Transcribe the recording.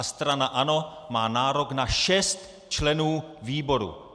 Strana ANO má nárok na šest členů výboru.